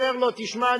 אומר לו: תשמע,